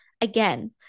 Again